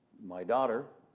my daughter,